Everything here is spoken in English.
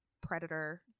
predator